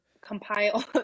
Compile